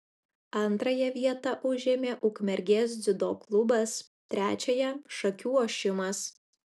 antrąją vietą užėmė ukmergės dziudo klubas trečiąją šakių ošimas